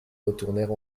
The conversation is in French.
retournèrent